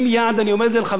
אני אומר את זה לחברי בליכוד,